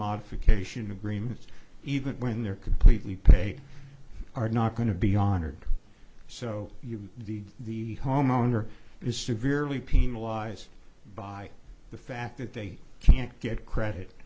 modification agreements even when they're completely paid are not going to be honored so you need the homeowner is severely penalized by the fact that they can't get credit